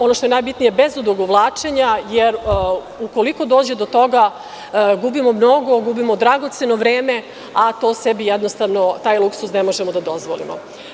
Ono što je najbitnije, bez odugovlačenja, jer ukoliko dođe do toga, gubimo mnogo, gubimo dragoceno vreme, a taj luksuz sebi ne možemo da dozvolimo.